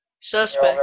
suspect